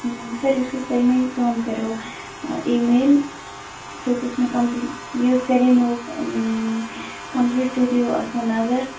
سَر یُس سُہ تۅہہِ مےٚ یہِ کٲم کَریو اِی میل یُس یُس مےٚ کَمپٕلیٹ یہِ حظ کَرے مےٚ کَمپٕلیٹ تۅہہِ دِیِو اتھ وۅںۍ نَظر